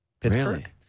Pittsburgh